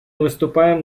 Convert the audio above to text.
выступаем